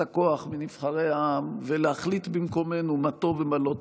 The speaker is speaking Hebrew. הכוח מנבחרי העם ולהחליט במקומנו מה טוב ומה לא טוב,